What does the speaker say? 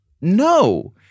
No